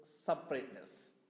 separateness